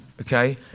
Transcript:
okay